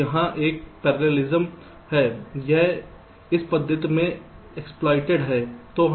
तो यहाँ एक परलेलिस्म है यह इस पद्धति में एक्सप्लोइटेड है